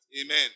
Amen